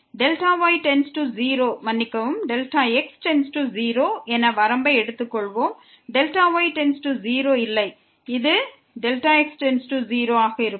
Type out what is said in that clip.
Δy→0 மன்னிக்கவும் Δx→0 என வரம்பை எடுத்துக் கொள்வோம் Δy→0 இல்லை இது Δx→0 ஆக இருக்கும்